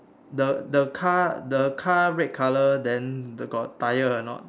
the the car the car red colour then got tyre or not